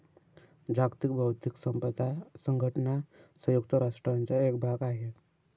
जागतिक बौद्धिक संपदा संघटना संयुक्त राष्ट्रांचा एक भाग आहे